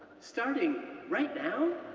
starting right now?